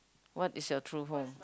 what is your true home